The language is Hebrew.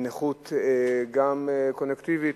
ונכות גם קוגניטיבית,